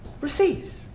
receives